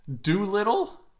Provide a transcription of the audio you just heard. Doolittle